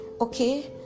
Okay